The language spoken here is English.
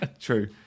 True